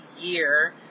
year